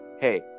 hey